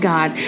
God